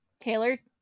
Taylor